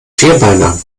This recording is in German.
vierbeiner